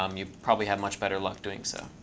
um you'll probably have much better luck doing so.